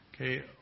Okay